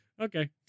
Okay